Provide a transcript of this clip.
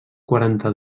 quaranta